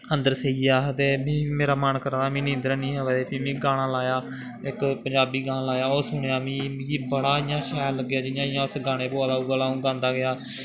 अन्दर सेई गे अस ते मीं मेरा मन करा दा मीं नींदर गै नेईं ही अवा दी फ्ही में गाना लाया इक पंजाबी गाना लाया ओह् सुनेआ में मिगी इ'यां बड़ा शैल लग्गेआ जियां जियां उस गाने च होआ दा हा उयै लेहा अ'ऊं गांदा गेआ